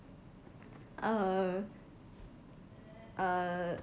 uh uh